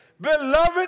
Beloved